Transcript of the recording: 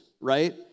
right